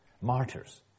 Martyrs